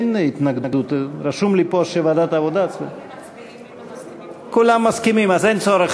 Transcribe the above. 30, אין מתנגדים, אין נמנעים.